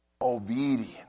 obedience